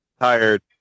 tired